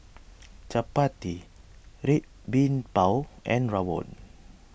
Chappati Red Bean Bao and Rawon